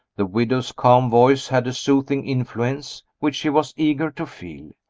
the widow's calm voice had a soothing influence which she was eager to feel.